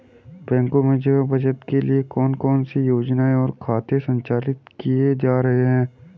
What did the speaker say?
बैंकों में जमा बचत के लिए कौन कौन सी योजनाएं और खाते संचालित किए जा रहे हैं?